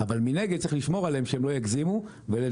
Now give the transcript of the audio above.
אבל מנגד צריך לשמור עליהם שהם לא יגזימו ולדעתי,